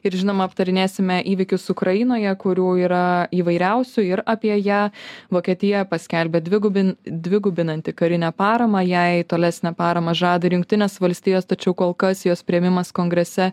ir žinoma aptarinėsime įvykius ukrainoje kurių yra įvairiausių ir apie ją vokietija paskelbė dvigubin dvigubinanti karinę paramą jai tolesnę paramą žada ir jungtinės valstijos tačiau kol kas jos priėmimas kongrese